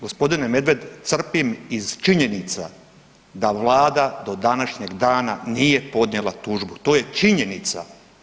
Gospodine Medved crpim iz činjenica da Vlada do današnjeg dana nije podnijela tužbu to je činjenica.